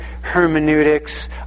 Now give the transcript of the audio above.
hermeneutics